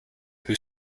who